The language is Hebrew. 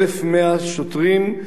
1,100 שוטרים,